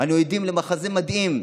אנו עדים למחזה מדהים: